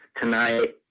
tonight